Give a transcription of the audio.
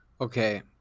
Okay